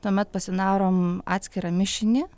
tuomet pasidarom atskirą mišinį